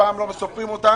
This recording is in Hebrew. הפעם לא סופרים אותם.